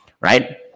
right